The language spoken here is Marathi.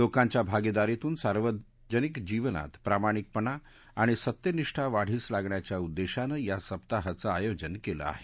लोकांच्या भागीदारीतून सार्वजनिक जीवनात प्रामाणिकपणा आणि सत्यनिष्ठा वाढीस लागण्याच्या उद्देशानं या सप्ताहाचं आयोजन केलं आहे